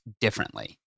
differently